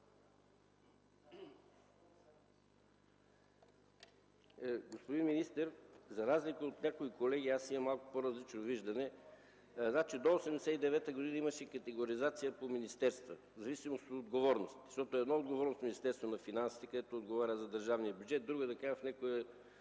Господин министър, за разлика от някои колеги, аз имам малко по-различно виждане. До 1989 г. имаше категоризация по министерства в зависимост от отговорностите. Една е отговорността в Министерството на финансите, което отговаря за държавния бюджет, друга е отговорността в някое